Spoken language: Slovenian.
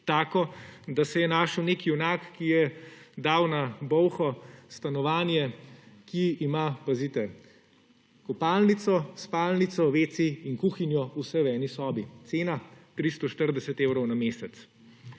let − da se je našel nek junak, ki je dal na Bolho stanovanje, ki ima, pazite! kopalnico, spalnico, WC in kuhinjo vse v eni sobi. Cena? 340 evrov na mesec.